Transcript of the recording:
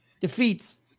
defeats